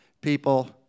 people